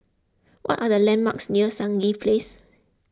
what are the landmarks near Stangee Place